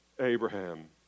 Abraham